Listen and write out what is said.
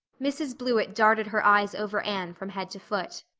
mrs. blewett darted her eyes over anne from head to foot.